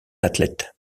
athlètes